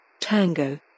Tango